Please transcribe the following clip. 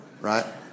right